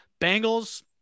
Bengals